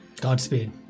Godspeed